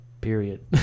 period